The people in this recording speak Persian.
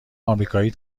آمریکایی